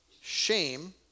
Shame